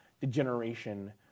degeneration